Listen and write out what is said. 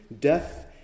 death